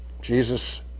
Jesus